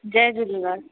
Jay Jhulelal